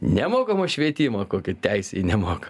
nemokamo švietimo kokia teisė į nemoka